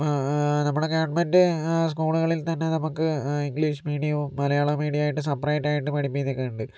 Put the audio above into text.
ഇപ്പോൾ നമ്മടെ ഗവൺമെൻ്റ് സ്കൂളുകളിൽ തന്നെ നമുക്ക് ഇംഗ്ലീഷ് മീഡിയവും മലയാളം മീഡിയവുമായിട്ട് സെപ്പറേറ്റായിട്ട് പഠിപ്പിക്കുന്നൊക്കെയുണ്ട്